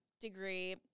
degree